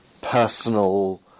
personal